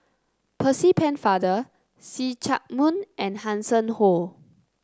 Percy Pennefather See Chak Mun and Hanson Ho